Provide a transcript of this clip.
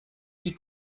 die